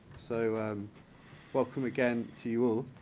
so welcome, again, to you all.